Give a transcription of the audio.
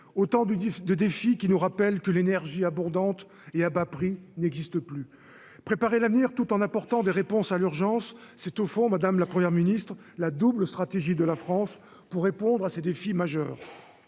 autant de de défi qui nous rappelle que l'énergie abondante et à bas prix n'existe plus, préparer l'avenir, tout en apportant des réponses à l'urgence, c'est au fond Madame la première ministre la double stratégie de la France pour répondre à ces défis majeurs